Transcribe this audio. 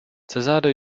cezary